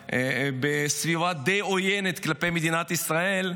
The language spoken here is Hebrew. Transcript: בסביבה די עוינת כלפי מדינת ישראל.